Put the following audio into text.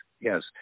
Yes